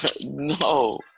No